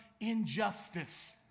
injustice